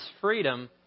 freedom